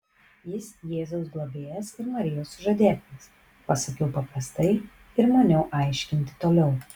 jis jėzaus globėjas ir marijos sužadėtinis pasakiau paprastai ir maniau aiškinti toliau